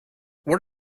what